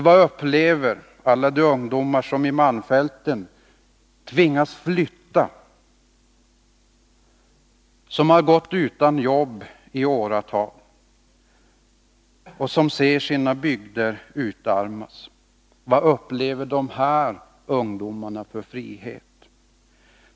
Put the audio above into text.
Vad upplever alla de ungdomar som i malmfälten tvingas flytta, som har gått utan jobb i åratal och som ser sina bygder utarmas? Vad upplever de ungdomarna för frihet?